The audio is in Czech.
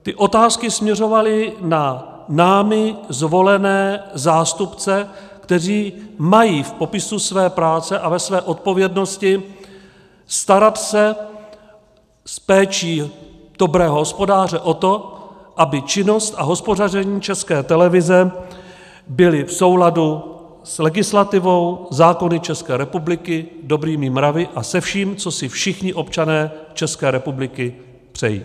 Ty otázky směřovaly na námi zvolené zástupce, kteří mají v popisu své práce a ve své odpovědnosti starat se s péčí dobrého hospodáře o to, aby činnost a hospodaření České televize byly v souladu s legislativou, zákony České republiky, dobrými mravy a se vším, co si všichni občané České republiky přejí.